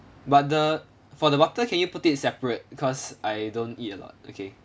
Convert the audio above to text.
but the for the butter can you put it separate because I don't eat a lot okay